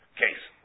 case